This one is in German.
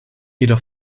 jedoch